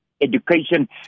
education